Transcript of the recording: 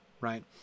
right